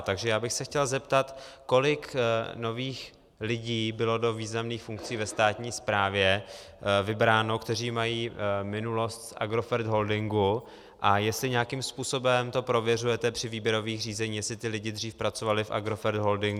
Takže já bych se chtěl zeptat: Kolik nových lidí bylo do významných funkcí ve státní správě vybráno, kteří mají minulost z Agrofert holdingu a jestli nějakým způsobem to prověřujete při výběrových řízeních, jestli ti lidé dřív pracovali v Agrofert holdingu.